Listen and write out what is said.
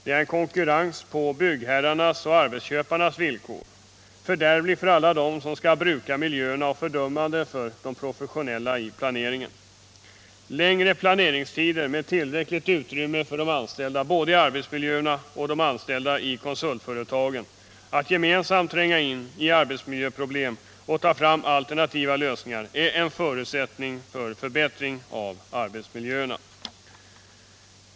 Det är en konkurrens på byggherrarnas och arbetsköparnas villkor — fördärvlig för alla dem som skall bruka miljöerna, och fördummande för de professionella i planeringen! Längre planeringstider, med tillräckligt utrymme för de anställda både i arbetsmiljöerna och i konsultföretagen att gemensamt tränga in i miljöproblemen och ta fram alternativa lösningar är en förutsättning för förbättring av arbetsmiljöerna.